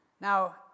Now